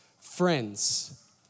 Friends